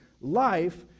life